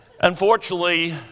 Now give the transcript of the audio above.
unfortunately